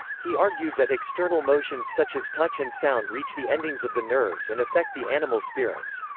he argued that external motions such as touch and sound reach the endings of the nerves and affect the animal spirits.